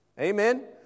Amen